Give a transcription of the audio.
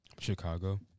Chicago